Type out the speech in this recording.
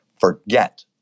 forget